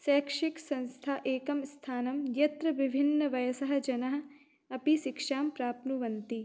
शैक्षिकसंस्था एकं स्थानं यत्र विभिन्नवयसः जनाः अपि शिक्षां प्राप्नुवन्ति